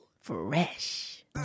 Fresh